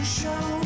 show